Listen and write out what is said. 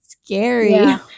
scary